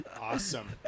Awesome